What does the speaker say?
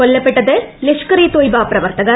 കൊല്ലപ്പെട്ടത് ലഷ്കർ ഇ തൊയ്ബ പ്രവർത്തകർ